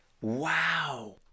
Wow